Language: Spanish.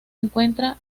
encuentra